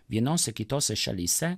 vienose kitose šalyse